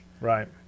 Right